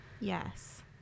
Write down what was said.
yes